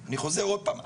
אני חוזר עוד פעם,